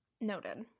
Noted